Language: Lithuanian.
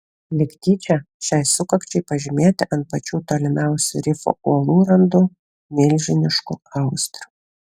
lyg tyčia šiai sukakčiai pažymėti ant pačių tolimiausių rifo uolų randu milžiniškų austrių